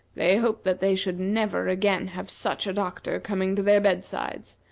they hoped that they should never again have such a doctor coming to their bed-sides,